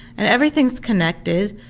and everything's connected,